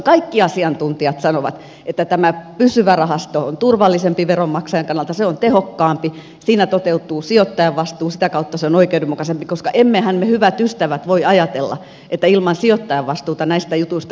kaikki asiantuntijat sanovat että tämä pysyvä rahasto on turvallisempi veronmaksajan kannalta se on tehokkaampi siinä toteutuu sijoittajan vastuu sitä kautta se on oikeudenmukaisempi koska emmehän me hyvät ystävät voi ajatella että ilman sijoittajan vastuuta näistä jutuista selvittäisiin